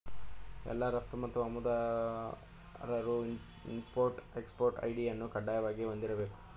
ಎಲ್ಲಾ ರಫ್ತು ಮತ್ತು ಆಮದುದಾರರು ಇಂಪೊರ್ಟ್ ಎಕ್ಸ್ಪೊರ್ಟ್ ಐ.ಡಿ ಅನ್ನು ಕಡ್ಡಾಯವಾಗಿ ಹೊಂದಿರಬೇಕು